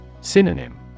Synonym